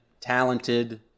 talented